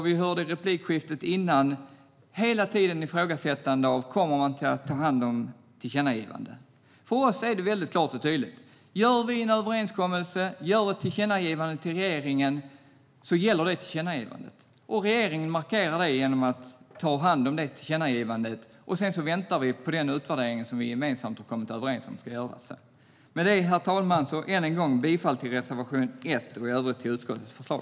Vi hörde i replikskiftet nyss hela tiden ett ifrågasättande av huruvida man kommer att ta hand om tillkännagivandet. För oss är det väldigt klart och tydligt: Gör vi en överenskommelse och ett tillkännagivande till regeringen gäller dessa. Regeringen markerar det genom att ta hand om tillkännagivandet. Sedan väntar vi på den utvärdering som vi gemensamt kommit överens om ska göras. Herr talman! Än en gång yrkar jag bifall till reservation 1 och i övrigt bifall till utskottets förslag.